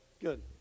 Good